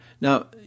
Now